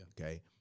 Okay